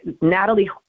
Natalie